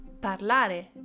parlare